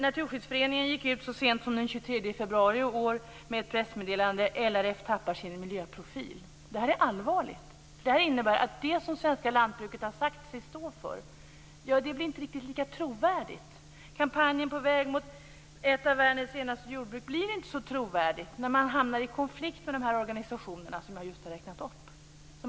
Naturskyddsföreningen gick så sent som den 23 februari i år ut med ett pressmeddelande där det står: LRF tappar sin miljöprofil. Det här är allvarligt. Det innebär att det som det svenska lantbruket har sagt sig stå för inte blir riktigt lika trovärdigt. Kampanjen På väg mot ett av världens renaste jordbruk blir inte så trovärdig när man hamnar i konflikt med dessa organisationer som jag just har räknat upp.